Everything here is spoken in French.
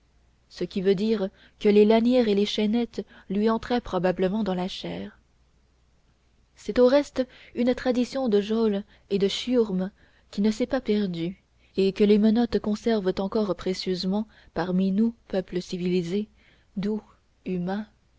ce qui veut dire que les lanières et les chaînettes lui entraient probablement dans la chair c'est au reste une tradition de geôle et de chiourme qui ne s'est pas perdue et que les menottes conservent encore précieusement parmi nous peuple civilisé doux humain